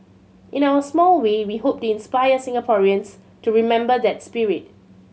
in our small way we hope to inspire Singaporeans to remember that spirit